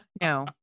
No